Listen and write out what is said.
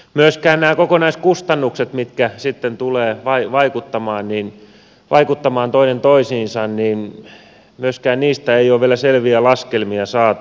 myöskään näistä kokonaiskustannuksista mitkä tulevat vaikuttamaan toinen toisiinsa ei ole vielä selviä laskelmia saatu